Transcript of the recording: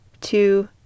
two